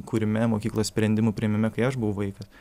kūrime mokyklos sprendimų priėmime kai aš buvau vaikas